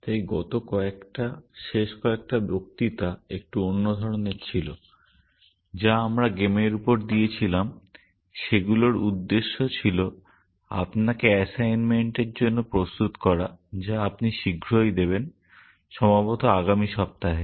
তাই গত কয়েকটা শেষ কয়েকটা বক্তৃতা একটু অন্য ধরণের ছিল যা আমরা গেমের উপর দিয়েছিলাম সেগুলোর উদ্দেশ্য ছিল আপনাকে অ্যাসাইনমেন্টের জন্য প্রস্তুত করা যা আপনি শীঘ্রই দেবেন সম্ভবত আগামী সপ্তাহে